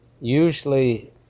usually